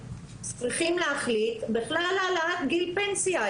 צריכים להחליט על העלאת גיל הפנסיה.